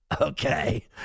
Okay